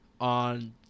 on